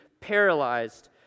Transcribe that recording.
paralyzed